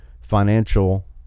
financial